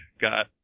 got